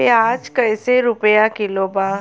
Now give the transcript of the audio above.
प्याज कइसे रुपया किलो बा?